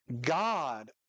God